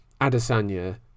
Adesanya